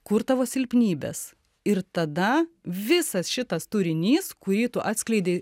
kur tavo silpnybės ir tada visas šitas turinys kurį tu atskleidei